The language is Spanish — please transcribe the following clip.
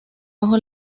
bajo